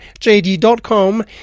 JD.com